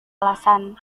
alasan